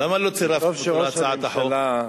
למה לא צירפתם אותו להצעת החוק?